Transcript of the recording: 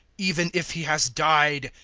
even if he has died,